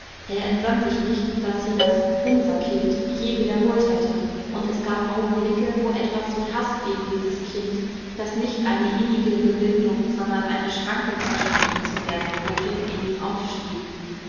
er entsann sich nicht daß sie das unser kind je wiederholt hätte und es gab augenblicke wo etwas wie haß gegen dieses kind das nicht eine innigere bindung sondern eine schranke zwischen ihnen zu werden drohte in ihm aufstieg